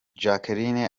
jacqueline